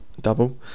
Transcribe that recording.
Double